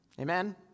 Amen